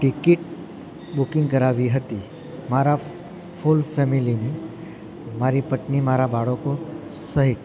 ticket booking કરાવી હતી મારા ફુલ ફેમિલીની મારી પત્નિ મારા બાળકો સહીત